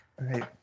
Right